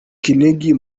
kinigi